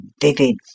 vivid